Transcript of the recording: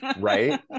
right